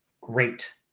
great